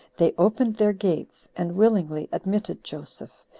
they opened their gates, and willingly admitted joseph,